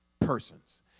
persons